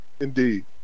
Indeed